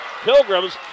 Pilgrims